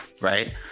Right